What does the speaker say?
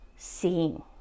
seeing